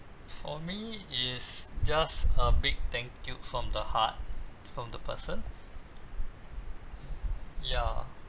for me is just a big thank you from the heart from the person ya